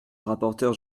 rapporteur